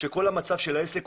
כל מצב העסק,